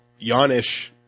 Yanish